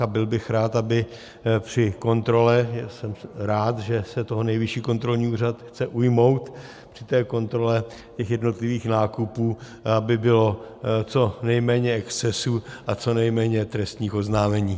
A byl bych rád, aby při kontrole jsem rád, že se toho Nejvyšší kontrolní úřad chce ujmout aby při té kontrole těch jednotlivých nákupů bylo co nejméně excesů a co nejméně trestních oznámení.